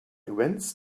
events